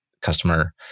Customer